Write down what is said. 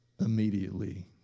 immediately